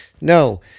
No